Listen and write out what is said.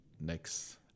next